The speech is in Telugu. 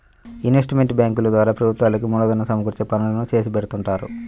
ఇన్వెస్ట్మెంట్ బ్యేంకింగ్ ద్వారా ప్రభుత్వాలకు మూలధనం సమకూర్చే పనులు చేసిపెడుతుంటారు